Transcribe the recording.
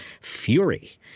fury